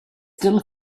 still